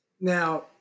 Now